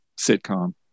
sitcom